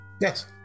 Yes